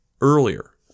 earlier